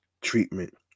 treatment